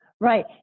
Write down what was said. Right